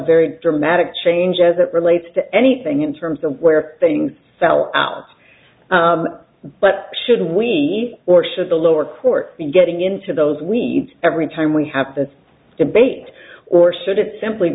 very dramatic change as it relates to anything in terms of where things fell out but should we or should the lower court be getting into those weeds every time we have this debate or should it simply